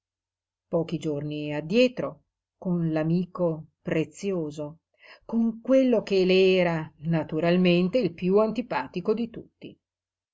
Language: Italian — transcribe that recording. pochi giorni addietro con l'amico prezioso con quello che le era naturalmente il piú antipatico di tutti